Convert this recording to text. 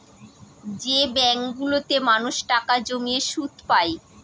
যে ব্যাঙ্কগুলোতে মানুষ টাকা জমিয়ে সুদ পায়